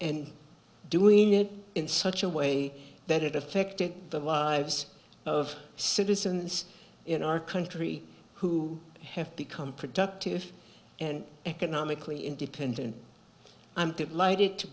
and doing it in such a way that it affected the lives of citizens in our country who have become productive and economically independent i'm delighted to